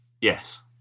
Yes